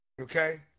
Okay